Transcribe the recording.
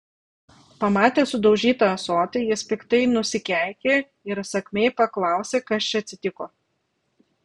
pamatęs sudaužytą ąsotį jis piktai nusikeikė ir įsakmiai paklausė kas čia atsitiko